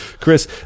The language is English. Chris